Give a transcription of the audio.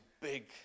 big